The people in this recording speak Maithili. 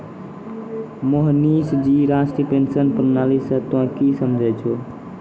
मोहनीश जी राष्ट्रीय पेंशन प्रणाली से तोंय की समझै छौं